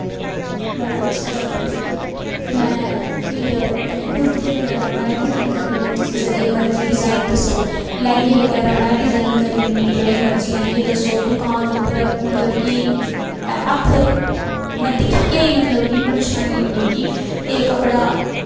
बड़ा अच्छा लगदा मिगी में फिर कुर्ते बगैरा में डिज़ाइन करी लैन्नी तुस जेह्ड़े मर्जी डिज़ाइन दस्सो लैंह्गे बगैरा में डिज़ाइन करी लैन्नी जेह्ड़े मर्जी लैंह्गे दस्सो दुकान उप्पर मतलब कि में हत्थ में दिक्खियै गै मतलब कि पंछानी लैन्नी कि एह् कपड़ा